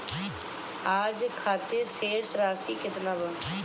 आज खातिर शेष राशि केतना बा?